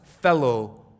fellow